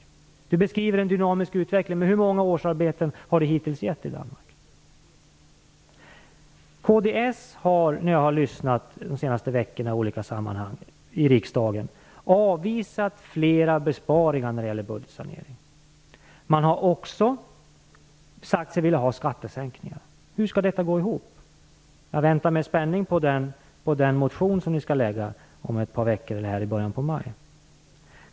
Rose-Marie Frebran beskriver en dynamisk utveckling, men hur många årsarbeten har det hittills gett i Danmark? Kds har, när jag de senaste veckorna har lyssnat i riksdagen i olika sammanhang, avvisat flera besparingar när det gäller budgetsanering. Man har också sagt sig vilja ha skattesänkningar. Hur skall detta gå ihop? Jag väntar med spänning på den motion som kds skall väcka i början på maj.